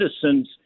citizens